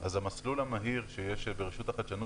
- המסלול המהיר שיש ברשות החדשנות